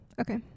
okay